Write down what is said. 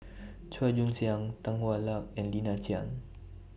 Chua Joon Siang Tan Hwa Luck and Lina Chiam